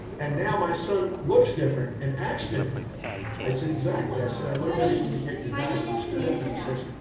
and now my son looks different and acts different i said, exactly. he said, i learned how to communicate his values and he stood up and he says,